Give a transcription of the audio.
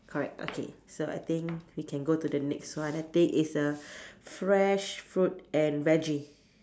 correct okay so I think we can go to the next one I think is a fresh fruit and veggie